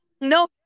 no